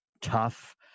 tough